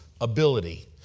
ability